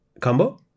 combo